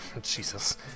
Jesus